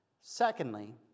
Secondly